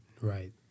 Right